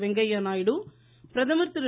வெங்கையா நாயுடு பிரதமர் திரு